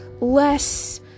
less